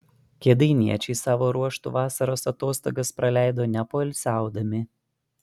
kėdainiečiai savo ruožtu vasaros atostogas praleido nepoilsiaudami